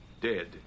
dead